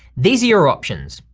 these are your options.